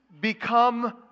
become